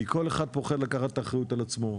כי כל אחד פוחד לקחת את האחריות על עצמו.